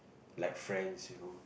like friends you know